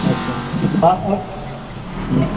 अच्छा आओर हुँ